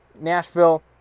Nashville